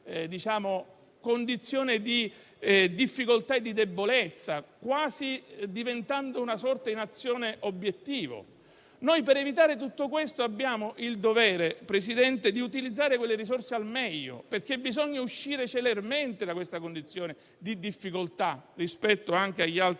condizione di difficoltà e di debolezza, diventando quasi una Nazione obiettivo. Per evitare tutto questo abbiamo il dovere, Presidente, di utilizzare quelle risorse al meglio, perché bisogna uscire celermente da questa condizione di difficoltà anche rispetto agli altri